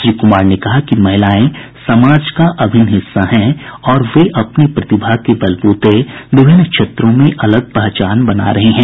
श्री कुमार ने कहा कि महिलायें समाज का अभिन्न हिस्सा हैं वे अपनी प्रतिभा के बलबूते विभिन्न क्षेत्रों में अलग पहचान बना रही हैं